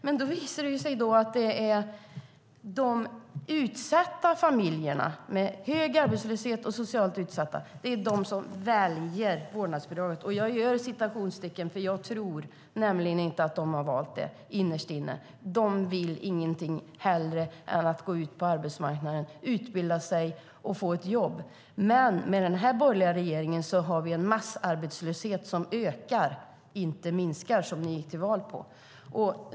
Men det visar sig att det är de socialt utsatta familjerna med hög arbetslöshet som "väljer" vårdnadsbidraget. Jag gör citationstecken, för jag tror inte att de innerst inne har valt det. De vill ingenting hellre än att gå ut på arbetsmarknaden, utbilda sig och få ett jobb. Med den här borgerliga regeringen har vi dock en massarbetslöshet - som ökar och inte minskar, vilket ni gick till val på.